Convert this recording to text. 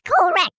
correct